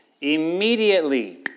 Immediately